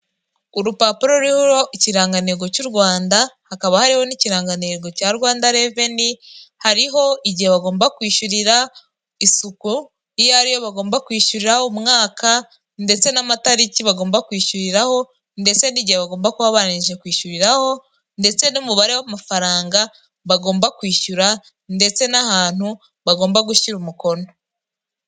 Urupapuro ruho ikirangantego cy'u Rwanda hakaba hariho n'ikirangantego cya Rwanda reveni hariho igihe bagomba kwishyurira isuku iyo ariyo bagomba kwishyura umwaka ndetse n'amatariki bagomba kwishyuriraho ndetse n'igihe bagomba kuba barangije kwishyuriraho, ndetse n'umubare w'amafaranga bagomba kwishyura ndetse n'ahantu bagomba gushyira umukono.